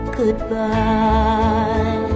goodbye